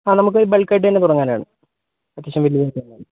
ആ നമുക്ക് ബൾക്കായിട്ട് തന്നെ തുടങ്ങാനാണ് അത്യാവശ്യം വലിയ രീതിയിൽ തന്നെ